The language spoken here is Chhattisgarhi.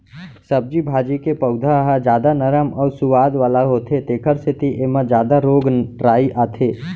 सब्जी भाजी के पउधा ह जादा नरम अउ सुवाद वाला होथे तेखर सेती एमा जादा रोग राई आथे